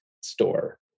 store